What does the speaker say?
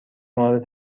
مورد